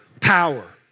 power